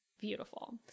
beautiful